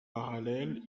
parallèle